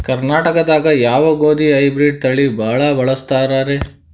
ಕರ್ನಾಟಕದಾಗ ಯಾವ ಗೋಧಿ ಹೈಬ್ರಿಡ್ ತಳಿ ಭಾಳ ಬಳಸ್ತಾರ ರೇ?